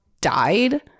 Died